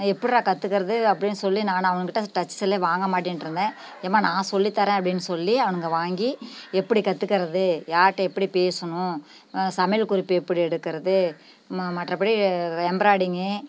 எப்புடிடா கற்றுக்கறது அப்படின்னு சொல்லி நான் அவங்கிட்டே டச் செல்லே வாங்க மாட்டேன்ட்டிருந்தேன் எம்மா நான் சொல்லி தரேன்னு அப்படின்னு சொல்லி அவனுங்க வாங்கி எப்படி கற்றுக்கறது யார்கிட்ட எப்படி பேசணும் சமையல் குறிப்பு எப்படி எடுக்கிறது மா மற்றபடி எம்பிராய்டிங்கு